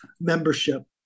membership